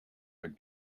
would